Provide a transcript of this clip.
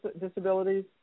disabilities